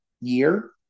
year